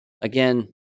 Again